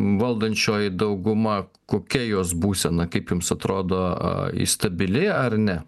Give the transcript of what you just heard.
valdančioji dauguma kokia jos būsena kaip jums atrodo ji stabili ar ne